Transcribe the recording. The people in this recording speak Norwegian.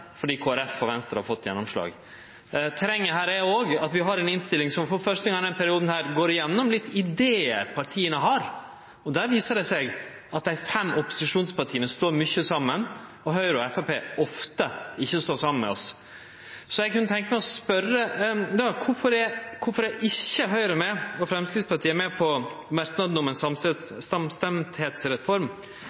fordi Kristeleg Folkeparti og Venstre har fått gjennomslag. Terrenget her er òg at vi har ei innstilling som for første gong i denne perioden går litt igjennom idear som partia har. Der viser det seg at dei fem opposisjonspartia står mykje saman, og at Høgre og Framstegspartiet ofte ikkje står saman med oss. Så eg kunne tenkje meg å spørje kvifor Høgre og Framstegspartiet ikkje er med på merknaden om ei samstemdheitsreform, kvifor dei ikkje er med på merknaden om ein